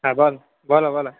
हां बोला बोला बोला